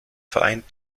verein